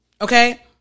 Okay